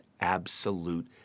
absolute